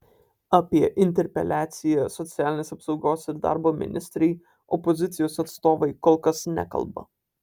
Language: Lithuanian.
apie interpeliaciją socialinės apsaugos ir darbo ministrei opozicijos atstovai kol kas nekalba